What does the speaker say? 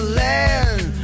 land